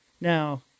Now